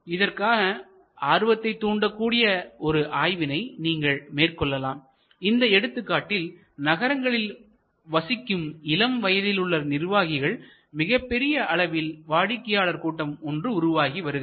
இதற்காக ஆர்வத்தை தூண்டக்கூடிய ஒரு ஆய்வினை நீங்கள் மேற்கொள்ளலாம் இந்த எடுத்துக்காட்டில் நகரங்களில் வசிக்கும் இளம் வயதில் உள்ள நிர்வாகிகள் மிகப்பெரிய அளவில் வாடிக்கையாளர் கூட்டம் ஒரு ஒன்றைஉருவாகி உள்ளது